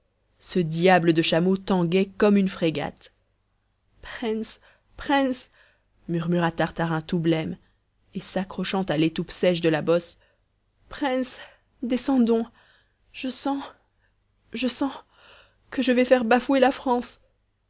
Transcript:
ce diable de chameau tanguait comme une frégate préïnce préïnce murmura tartarin tout blême et s'accrochant à l'étoupe sèche de la bosse préïnce descendons je sens je sens que je vais faire bafouer la france